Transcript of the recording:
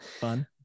Fun